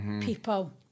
people